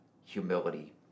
humility